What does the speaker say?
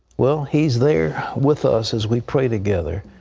well, he's there with us as we pray together.